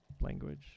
language